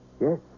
Yes